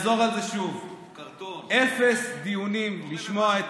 אחזור על זה שוב: אפס דיונים לשמוע את